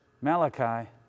Malachi